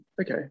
okay